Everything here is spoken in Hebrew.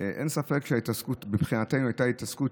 אין ספק שההתעסקות מבחינתנו הייתה התעסקות